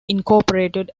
incorporated